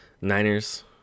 Niners